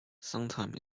sometimes